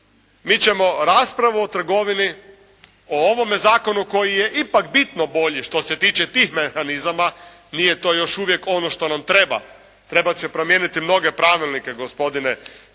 Mi ćemo raspravu o trgovini, o ovome zakonu koji je ipak bitno bolji što se tiče tih mehanizama, nije to još uvijek ono što nam treba, trebat će promijeniti mnoge pravilnike gospodine